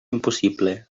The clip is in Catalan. impossible